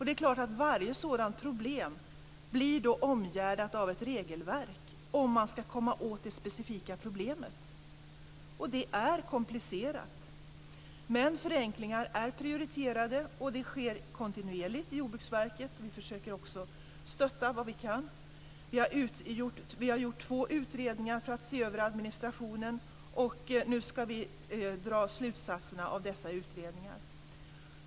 Det är klart att varje sådant problem blir omgärdat av ett regelverk om man ska komma åt det specifika problemet. Och det är komplicerat. Förenklingar är dock prioriterade. De sker kontinuerligt i Jordbruksverket, och vi försöker också stötta allt vad vi kan. Vi har gjort två utredningar för att se över administrationen. Nu ska vi dra slutsatserna av dessa utredningar.